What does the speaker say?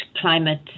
climate